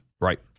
Right